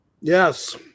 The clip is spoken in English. Yes